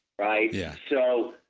right? yeah so,